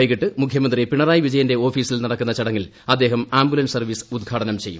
വൈകിട്ട് മുഖ്യമന്ത്രി പിണറായി വിജയന്റെ ഓഫീസിൽ നടക്കുന്ന ചട ങ്ങിൽ അദ്ദേഹം ആംബുലൻസ് സർവ്വീസ് ഉദ്ഘാടനം ചെയ്യും